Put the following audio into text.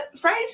phrase